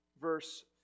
verse